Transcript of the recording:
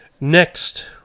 Next